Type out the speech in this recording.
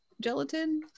gelatin